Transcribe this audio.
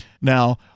Now